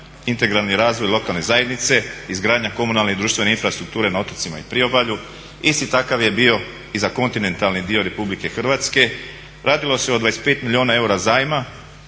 integralni razvoj lokalne zajednice, izgradnja komunalne i društvene infrastrukture na otocima i priobalju. Isti takav je bio i za kontinentalni dio RH. Radilo se o 25 milijuna eura zajma